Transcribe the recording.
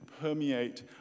permeate